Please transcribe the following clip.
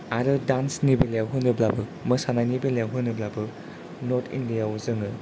आरो दान्स बेलायाव होनोबाबो मोसानायनि बेलायाव होनोब्लाबो नर्ट इण्डिया आव जोङो